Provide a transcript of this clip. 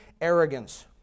arrogance